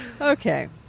Okay